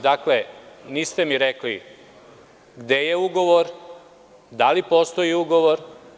Dakle, niste mi rekli gde je ugovor i da li postoji ugovor.